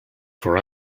for